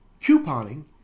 couponing